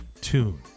tune